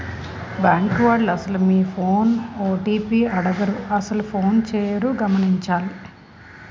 bank వాళ్లు అసలు మీ ఫోన్ ఓ.టి.పి అడగరు అసలు ఫోనే చేయరు గమనించాలి